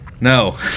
No